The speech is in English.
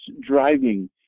driving